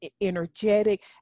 energetic